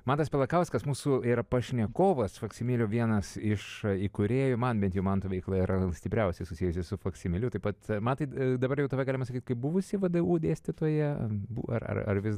mantas pelakauskas mūsų yra pašnekovas faksimilio vienas iš įkūrėjų man bent jau manto veikla yra stipriausiai susijusi su faksimiliu taip pat mantai dabar jau tave galima sakyti kaip buvusį vdu dėstytoją ar ar vis